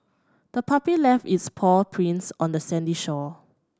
the puppy left its paw prints on the sandy shore